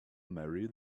marry